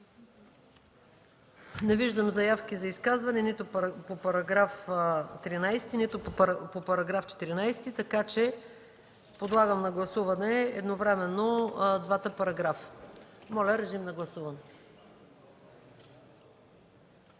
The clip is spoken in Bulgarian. Не виждам заявки за изказване нито по § 13, нито по § 14, така че подлагам на гласуване едновременно двата параграфа. Моля, гласувайте.